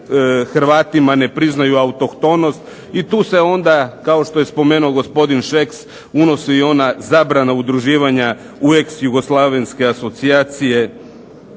Hrvatima ne priznaju autohtonost i tu se onda kao što je spomenuo gospodin Šeks unosi i ona zabrana udruživanja u ex jugoslavenske asocijacije.